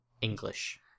English